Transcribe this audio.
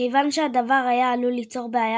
כיוון שהדבר היה עלול ליצור בעיה